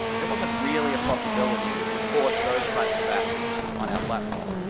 it wasn't really a possibility to support those types of apps on our platform.